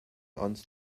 onns